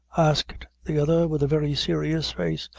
asked the other, with a very serious face.